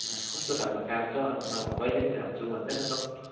कस्तो खालको काम छ हौ आम्मामा कहिले पनि भ्याउँछु भन्दैन त हौ